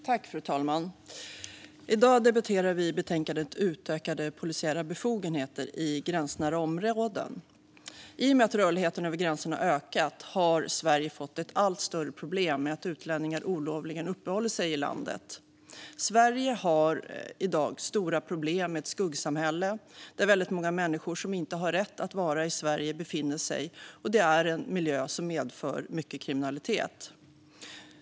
Fru talman! I dag debatterar vi betänkandet Utökade polisiära befogenheter i gränsnära områden . I och med att rörligheten över gränserna har ökat har Sverige fått ett allt större problem med att utlänningar olovligen uppehåller sig i landet. Sverige har i dag stora problem med ett skuggsamhälle där många människor som inte har rätt att vistas i Sverige befinner sig, och det är en miljö som medför mycket kriminalitet.